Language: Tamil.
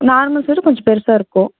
நார்மல்ஸ் விட கொஞ்சோம் பெருசாக இருக்கும்